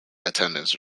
attendance